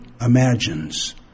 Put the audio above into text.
imagines